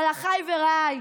אבל אחיי ורעיי,